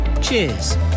Cheers